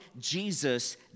Jesus